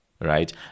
right